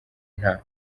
nta